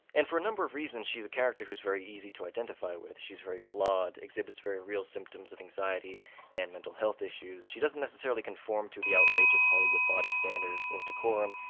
and for a number of reasons, she's a character who's very easy to identify with. she's very flawed, exhibits very real symptoms of anxiety and mental health issues, she doesn't necessarily conform to the outrageous hollywood body standards or decorum,